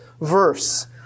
verse